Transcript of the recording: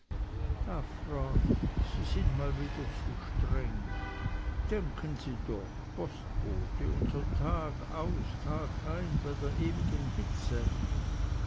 sie sind mal wieder zu streng denken sie doch postbote und so tagaus tagein bei der ewigen hitze